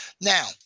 Now